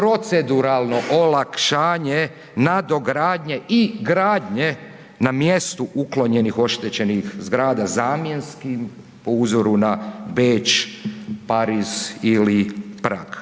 proceduralno olakšanje nadogradnje i gradnje na mjestu uklonjenih oštećenih zgrada zamjenskim po uzoru na Beč, Pariz ili Prag?